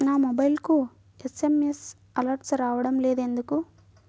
నా మొబైల్కు SMS alerts రావడం లేదు ఎందుకు?